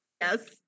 Yes